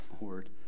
Lord